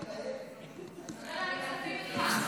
כספים.